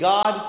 God